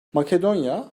makedonya